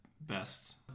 best